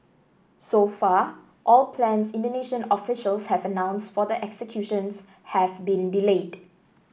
so far all plans Indonesian officials have announced for the executions have been delayed